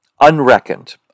unreckoned